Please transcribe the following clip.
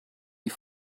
die